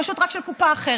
פשוט רק של קופה אחרת.